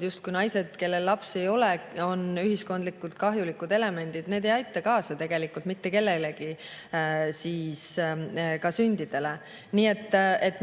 justkui naised, kellel lapsi ei ole, on ühiskondlikult kahjulikud elemendid, ei aita kaasa mitte millelegi, ka sündidele.